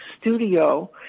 studio